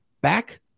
back